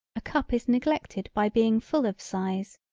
a cup is neglected by being full of size.